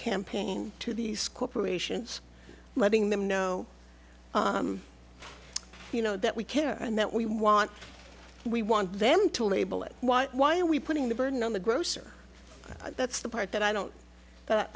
campaign to these corporations and letting them know you know that we care and that we want we want them to label it why why are we putting the burden on the grocer that's the part that i don't